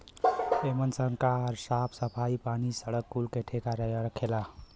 एमन सरकार साफ सफाई, पानी, सड़क कुल के ठेका रखेला